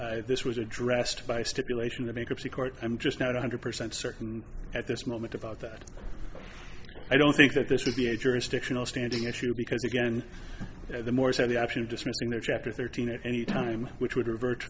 believe this was addressed by stipulation the bankruptcy court i'm just not one hundred percent certain at this moment about that i don't think that this would be a jurisdictional standing issue because again the morse had the option of dismissing their chapter thirteen at any time which would revert